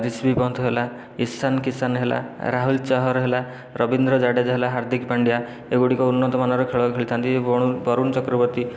ରିସଭ ପନ୍ଥ ହେଲା ଈଶାନ କିଷାନ ହେଲା ରାହୁଲ ଚହର ହେଲା ରବୀନ୍ଦ୍ର ଜାଡ଼େଜା ହେଲା ହାର୍ଦିକ ପାଣ୍ଡିଆ ଏଗୁଡ଼ିକ ଉନ୍ନତମାନର ଖେଳ ଖେଳି ଥାଆନ୍ତି ଏବଂ ବରୁଣ ଚକ୍ରବତୀ